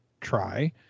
try